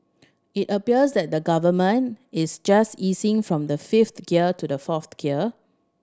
it appears that the Government is just easing from the fifth gear to the fourth gear